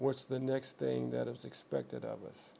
what's the next thing that is expected of us